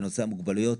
בנושא המוגבלויות,